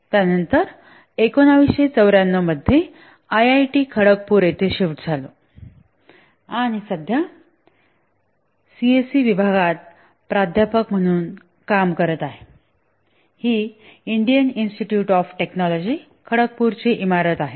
त्यानंतर 1994 मध्ये आयआयटी खडगपूर येथे शिफ्ट झालो आणि सध्या सीएसई विभागात प्राध्यापक म्हणून काम करत आहे ही इंडियन इन्स्टिटयूट ऑफ टेकनॉलॉजि खडगपूरची इमारत आहे